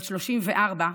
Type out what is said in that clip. בת 34,